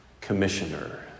commissioner